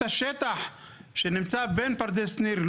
את השטח שנמצא בין פרדס שניר,